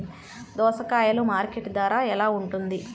దోసకాయలు మార్కెట్ ధర ఎలా ఉంటుంది?